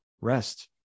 rest